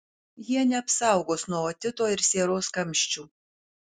jie neapsaugos nuo otito ir sieros kamščių